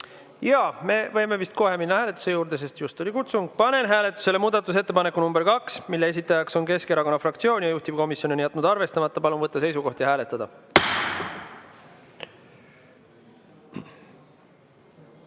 Jaa! Me võime vist kohe minna hääletuse juurde, sest just oli kutsung. Panen hääletusele muudatusettepaneku nr 2, mille esitaja on [Eesti] Keskerakonna fraktsioon. Juhtivkomisjon on jätnud arvestamata. Palun võtta seisukoht ja hääletada!